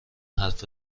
حرف